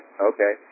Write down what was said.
okay